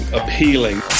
appealing